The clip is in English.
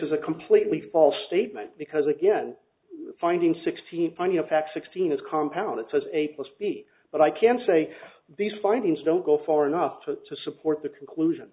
is a completely false statement because again finding sixteen finding of fact sixteen is compound it says a plus b but i can say these findings don't go far enough to support the conclusion